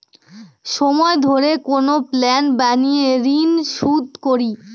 সময় ধরে কোনো প্ল্যান বানিয়ে ঋন শুধ করি